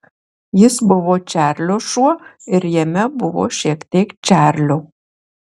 jis buvo čarlio šuo ir jame buvo šiek tiek čarlio